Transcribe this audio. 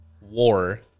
War